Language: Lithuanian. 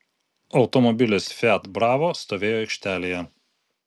automobilis fiat bravo stovėjo aikštelėje